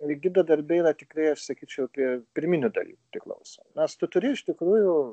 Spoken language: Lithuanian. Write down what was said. ir gido darbe yra tikrai aš sakyčiau prie pirminių dalykų priklauso nes tu turi iš tikrųjų